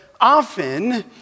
often